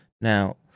Now